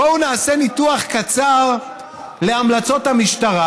בואו נעשה ניתוח קצר להמלצות המשטרה